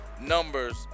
numbers